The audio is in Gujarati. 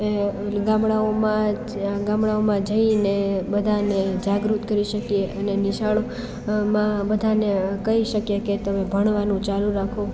એ ગામડાઓમાં જ્યાં ગામડાઓમાં જઈને બધાને જાગૃત કરી શકીએ અને નિશાળ માં બધાને કહી શકીએ કે તમે ભણવાનું ચાલુ રાખો